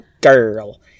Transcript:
girl